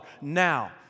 Now